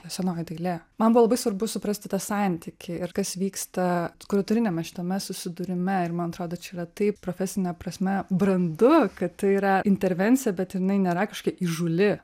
senoji dailė man buvo labai svarbu suprasti tą santykį ir kas vyksta kuratoriniame šitame susidūrime ir man atrodo čia yra taip profesine prasme brandu kad tai yra intervencija bet jinai nėra kažkokia įžūli